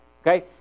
Okay